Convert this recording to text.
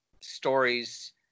stories